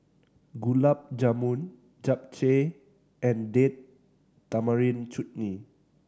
Gulab Jamun Japchae and Date Tamarind Chutney